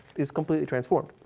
is completely transformed.